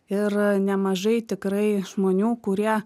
ir nemažai tikrai žmonių kurie